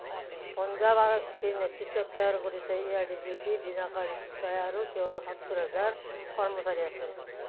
পঞ্জাৱ আৰক্ষীৰ নেতৃত্ব তৈয়াৰ কৰিছে ইয়াৰ ডি জি পি দিনকাৰ গুপ্তাই আৰু তেওঁৰ সত্তৰ হাজাৰ কৰ্মচাৰী আছে